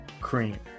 cream